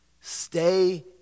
Stay